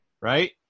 right